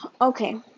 Okay